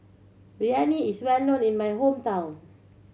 biryani is well known in my hometown